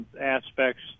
aspects